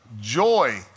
joy